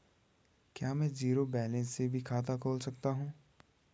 क्या में zero balance से भी खाता खोल सकता हूँ?